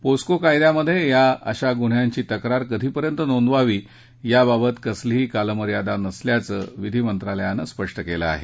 POCSO कायद्यात अशा गुन्ह्याची तक्रार कधीपर्यंत नोंदवावी याबाबत कसलीही कालमर्यादा नसल्याचं विधी मंत्रालयानं स्पष्ट केलं आहे